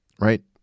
right